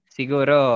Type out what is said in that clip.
siguro